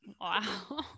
wow